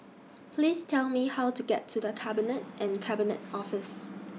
Please Tell Me How to get to The Cabinet and Cabinet Office